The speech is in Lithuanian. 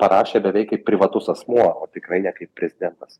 parašė beveik kaip privatus asmuo o tikrai ne kaip prezidentas